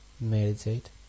meditate